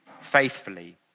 faithfully